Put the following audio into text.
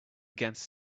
against